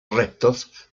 restos